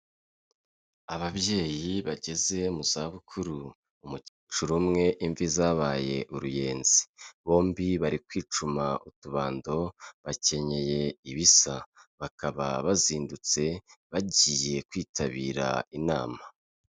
Ababyeyi bageze mu zabukuru umukecuru umwe imvi zabaye uruyenzi, bombi bari kwicuma utubando bakenyeye ibisa, bakaba bazindutse bagiye kwitabira inama.